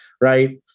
right